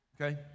okay